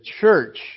church